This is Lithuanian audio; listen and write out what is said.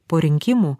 po rinkimų